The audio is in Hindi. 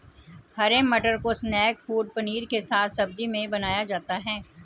हरे मटर को स्नैक फ़ूड पनीर के साथ सब्जी में बनाया जाता है